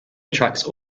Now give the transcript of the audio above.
attracts